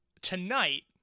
tonight